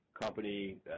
company